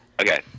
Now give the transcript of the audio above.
okay